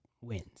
wins